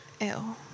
Ew